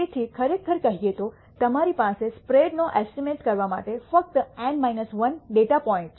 તેથી ખરેખર કહીએ તો તમારી પાસે સ્પ્રેડ નો એસ્ટીમેટ કરવા માટે ફક્ત N 1 ડેટા પોઇન્ટ છે